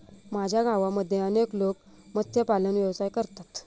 माझ्या गावामध्ये अनेक लोक मत्स्यपालन व्यवसाय करतात